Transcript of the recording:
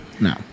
no